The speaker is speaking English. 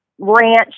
ranch